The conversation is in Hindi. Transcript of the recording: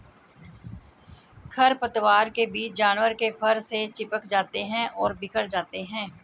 खरपतवार के बीज जानवर के फर से चिपक जाते हैं और बिखर जाते हैं